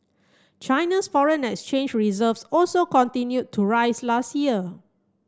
China's foreign exchange reserves also continued to rise last year